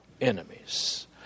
enemies